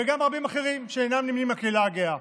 וגם רבים אחרים שאינם נמנים עם הקהילה הגאה,